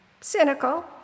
cynical